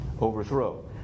Overthrow